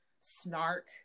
snark